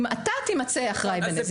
אם אתה תימצא אחראי בנזיקין.